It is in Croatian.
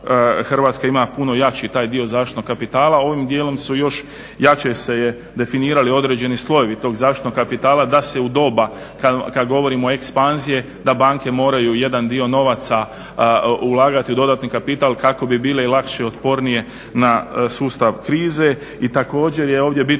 Hrvatska ima puno jači taj dio zaštitnog kapitala. Ovim djelom su još jače se je definirali određeni slojevi tog zaštitnog kapitala da se u doba kad govorimo o ekspanziji da banke moraju jedan dio novaca ulagati u dodatni kapital kako bi bile lakše i otpornije na sustav krize i također je ovdje bitno